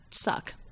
suck